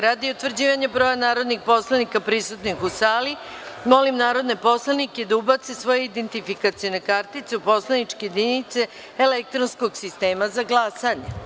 Radi utvrđivanja broja narodnih poslanika prisutnih u sali, molim narodne poslanike da ubace svoje identifikacione kartice u poslaničke jedinice elektronskog sistema za glasanje.